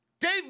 Dave